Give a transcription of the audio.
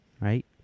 right